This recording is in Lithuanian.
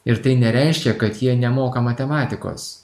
ir tai nereiškia kad jie nemoka matematikos